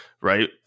right